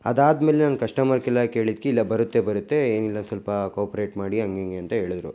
ಅದಾದ್ಮೇಲೆ ಕಸ್ಟಮರ್ ಕೇರೆಲಾ ಕೇಳಿದ್ದಕ್ಕೆ ಇಲ್ಲ ಬರುತ್ತೆ ಬರುತ್ತೆ ಏನಿಲ್ಲ ಸ್ವಲ್ಪ ಕೋಪ್ರೇಟ್ ಮಾಡಿ ಹಂಗೆ ಹಿಂಗೆ ಅಂತ ಹೇಳದ್ರು